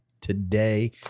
today